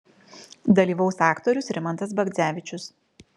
dalyvaus aktorius rimantas bagdzevičius